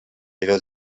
però